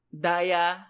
Daya